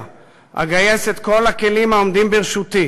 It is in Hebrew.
אגייס את כל הכלים העומדים לרשותי